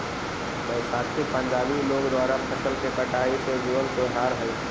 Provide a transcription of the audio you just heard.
बैसाखी पंजाबी लोग द्वारा फसल के कटाई से जुड़ल त्योहार हइ